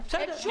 אין בעיה.